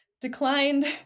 Declined